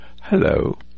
Hello